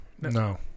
No